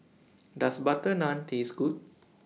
Does Butter Naan Taste Good